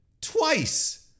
twice